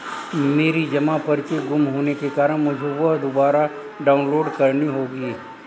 मेरी जमा पर्ची गुम होने के कारण मुझे वह दुबारा डाउनलोड करनी होगी